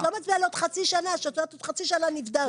את לא מצביעה לעוד חצי שנה כשעוד חצי שנה נבדוק.